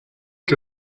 que